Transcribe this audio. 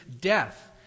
death